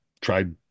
tried